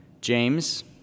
James